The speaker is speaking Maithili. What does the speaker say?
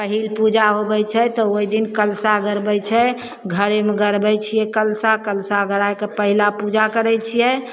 पहिल पूजा होबै छै तऽ ओहिदिन कलशा गड़बै छै घरेमे गड़बै छिए कलशा कलशा गड़ैके पहिला पूजा करै छिए